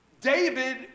David